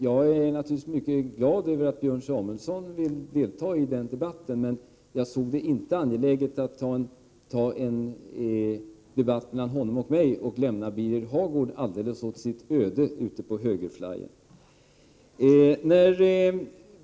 Jag är naturligtvis mycket glad över att Björn Samuelson vill delta i den debatten, men jag ser det inte som angeläget att ta en debatt mellan honom och mig och lämna Birger Hagård åt sitt öde ute på högerflajen.